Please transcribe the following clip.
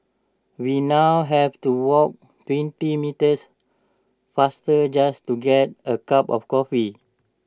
we now have to walk twenty meters faster just to get A cup of coffee